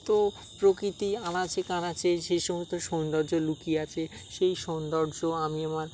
তো প্রকৃতির আনাচে কানাচে যে সমস্ত সৌন্দর্য লুকিয়ে আছে সেই সৌন্দর্য আমি আমার